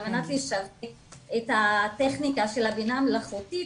מנת לשווק את הטכניקה של הבינה מלאכותית,